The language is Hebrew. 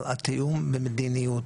התיאום ומדיניות.